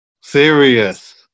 Serious